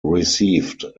received